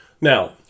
Now